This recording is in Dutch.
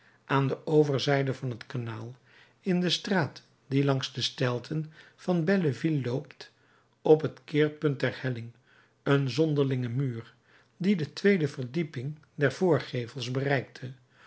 aan de overzijde van het kanaal in de straat die langs de steilten van belleville loopt op het keerpunt der helling een zonderlingen muur die de tweede verdieping der voorgevels bereikte